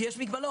כי יש מגבלות.